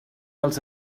els